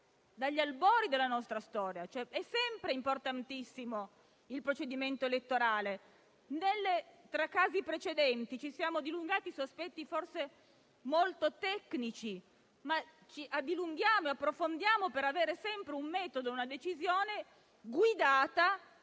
dagli albori: è sempre importantissimo il procedimento elettorale. Nei tre casi precedenti ci siamo dilungati su aspetti forse molto tecnici, ma ci dilunghiamo e approfondiamo per avere sempre un metodo e una decisione guidata